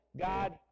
God